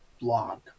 blog